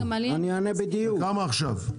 וכמה עכשיו?